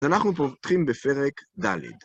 ואנחנו פה פותחים בפרק ד.